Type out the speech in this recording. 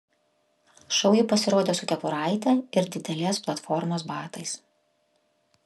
šou ji pasirodė su kepuraite ir didelės platformos batais